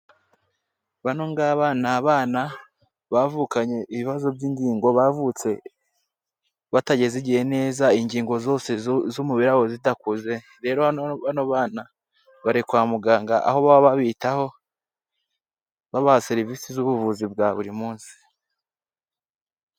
Bano ngaba abana ni abana bavukanye ibibazo by'ingingo, bavutse batageze igihe neza, ingingo zose z'umubiri wabo zidakuze, bari kwa muganga, aho baba babitaho, babaha serivisi z'ubuvuzi bwa buri munsi.